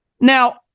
Now